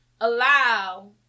allow